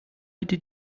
bitte